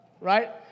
right